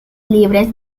libres